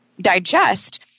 digest